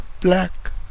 black